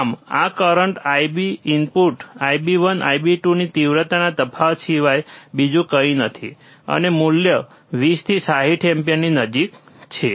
આમ આ કરંટનું ઇનપુટ IB1 અને IB2 ની તીવ્રતાના તફાવત સિવાય બીજું કંઇ નથી અને મૂલ્ય 20 થી 60 એમ્પીયરની નજીક છે